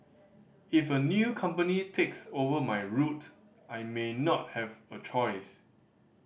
if a new company takes over my route I may not have a choice